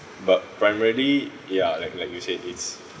but primarily ya like like you said it's